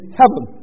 heaven